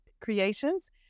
Creations